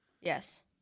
Yes